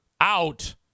out